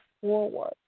forward